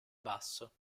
basso